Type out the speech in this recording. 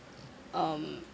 um